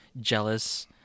jealous